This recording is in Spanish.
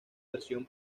versión